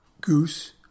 Goose